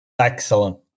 Excellent